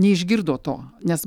neišgirdo to nes